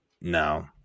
No